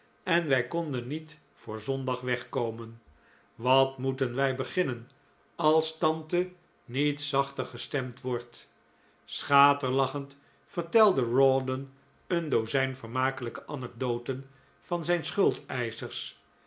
en wij konden niet voor zondag wegkomen wat moeten wij beginnen als tante niet zachter gestemd wordt schaterlachend vertelde rawdon een dozijn vermakelijke anecdoten van zijn